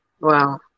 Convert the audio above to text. Wow